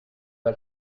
pas